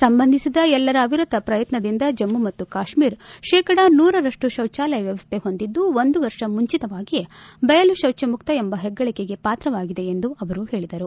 ಸಂಬಂಧಿಸಿದ ಎಲ್ಲರ ಅವಿರತ ಪ್ರಯತ್ನದಿಂದ ಜಮ್ಮ ಮತ್ತು ಕಾಶ್ಮೀರ ಶೇಕಡ ನೂರರಷ್ಟು ಶೌಚಾಲಯ ವ್ಯವಸ್ವೆ ಹೊಂದಿದ್ದು ಒಂದು ವರ್ಷ ಮುಂಚಿತವಾಗಿಯೇ ಬಯಲು ಶೌಜ ಮುಕ್ತ ಎಂಬ ಹೆಗ್ಗಳಿಕೆಗೆ ಪಾತ್ರವಾಗಿದೆ ಎಂದು ಅವರು ಹೇಳಿದರು